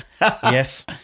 yes